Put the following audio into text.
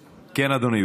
כן, אדוני.